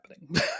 happening